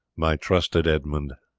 my trusted edmund,